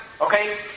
okay